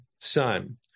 son